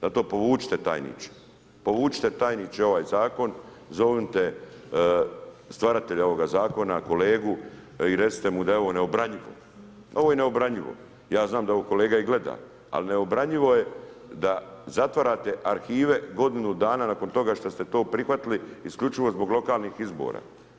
Zato to povucite tajniče, povucite tajniče ovaj zakon, zovnite stvaratelja ovog zakona kolegu i recite mu da je ovo neobranjivo, ovo je neobranjivo, ja znam da ovo kolega i gleda, ali neobranjivo je da zatvarate arhive godinu dana nakon toga što ste to prihvatili isključivo iz lokalnih izbora.